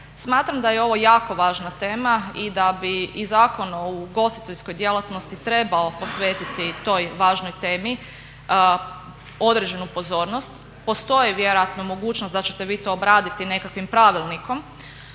Smatram da je ovo jako važna tema i da bi i Zakon o ugostiteljskoj djelatnosti trebao posvetiti toj važnoj temi određenu pozornost. Postoji vjerojatno mogućnost da ćete vi to obraditi nekakvim pravilnikom